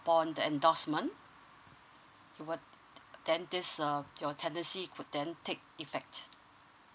upon the endorsement what then this um your tendency could then take effect